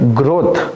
growth